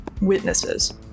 witnesses